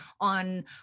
on